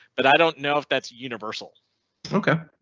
but i don't know if that's universal ok.